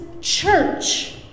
church